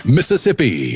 Mississippi